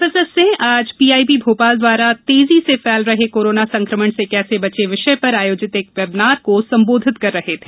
professor Singh आज PIB Bhopal द्वारा तेजी से फैल रहे कोरोना संकमण से कैसे बचें विषय पर आयोजित एक वेबनार को संबोधित कर रहे थे